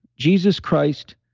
jesus christ,